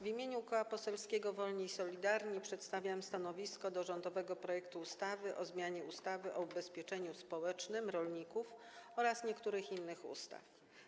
W imieniu Koła Poselskiego Wolni i Solidarni przedstawiam stanowisko wobec rządowego projektu ustawy o zmianie ustawy o ubezpieczeniu społecznym rolników oraz niektórych innych ustaw.